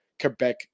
Quebec